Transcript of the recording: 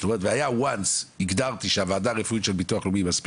זאת אומרת once שהגדרתי שהוועדה הרפואית מספיק